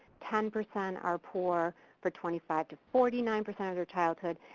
ten percent are poor for twenty five to forty nine percent of their childhood,